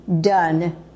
done